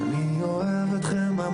תראו, אני מכירה את הכאב שלכם,